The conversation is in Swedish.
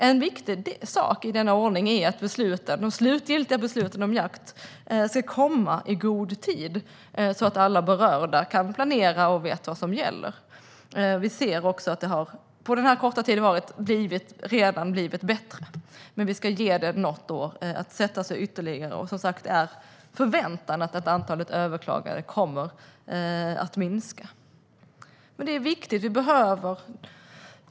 En viktig del i denna ordning är att de slutgiltiga besluten om jakt ska komma i god tid, så att alla berörda kan planera och vet vad som gäller. Vi ser också att det under denna korta tid redan har blivit bättre. Men vi ska ge detta något år för att ytterligare sätta sig. Och, som sagt, antalet överklaganden förväntas minska. Det är viktigt.